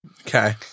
Okay